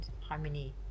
harmony